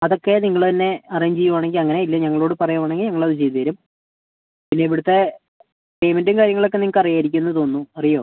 അതൊക്കെ നിങ്ങൾ തന്നെ അറേഞ്ച് ചെയ്യുവാണെങ്കിൽ അങ്ങനെ ഇല്ലെങ്കിൽ ഞങ്ങളോട് പറയുവാണെങ്കിൽ ഞങ്ങൾ അത് ചെയ്ത് തരും പിന്നെ ഇവിടുത്തെ പേയ്മെൻറ്റും കാര്യങ്ങളൊക്കെ നിങ്ങൾക്ക് അറിയാമായിരിക്കുമെന്ന് തോന്നുന്നു അറിയുമോ